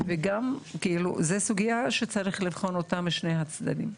וגם זה סוגייה שצריך לבחון אותה משני הצדדים.